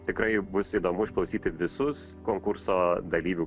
tikrai bus įdomu išklausyti visus konkurso dalyvių